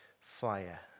fire